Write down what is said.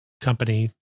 company